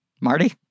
Marty